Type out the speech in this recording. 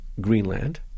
Greenland